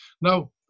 Now